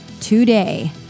today